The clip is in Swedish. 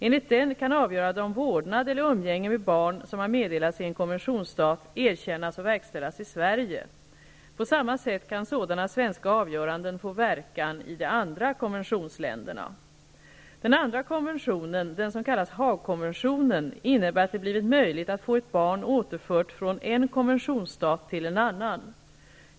Enligt den kan avgöranden om vårdnad eller umgänge med barn som har meddelats i en konventionsstat erkännas och verkställas i Sverige. På samma sätt kan sådana svenska avgöranden få verkan i de andra konventionsländerna. Haagkonventionen, innebär att det blivit möjligt att få ett barn återfört från en konventionsstat till en annan.